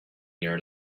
your